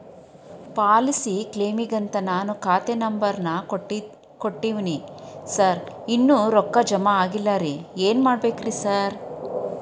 Policy ಕ್ಲೇಮಿಗಂತ ನಾನ್ ಖಾತೆ ನಂಬರ್ ನಾ ಕೊಟ್ಟಿವಿನಿ ಸಾರ್ ಇನ್ನೂ ರೊಕ್ಕ ಜಮಾ ಆಗಿಲ್ಲರಿ ಏನ್ ಮಾಡ್ಬೇಕ್ರಿ ಸಾರ್?